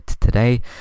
today